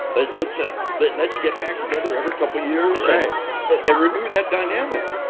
but let's ah let's get back together every couple years and renew that dynamic.